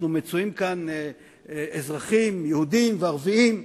אנחנו נמצאים כאן אזרחים יהודים וערבים,